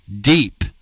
deep